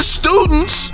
students